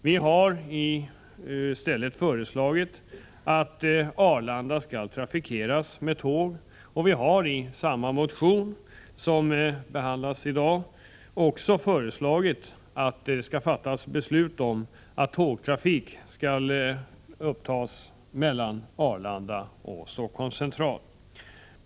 Vi har i stället föreslagit att Arlanda skall trafikeras med tåg och har i samma motion som den som behandlas i dag också föreslagit att det skall fattas beslut om att tågtrafik skall upptas mellan Arlanda och Stockholms Central.